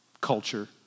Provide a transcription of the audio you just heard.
culture